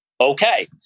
Okay